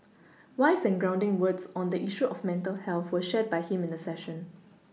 wise and grounded words on the issue of mental health were shared by him in the session